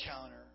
counter